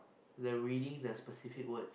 the reading the specific words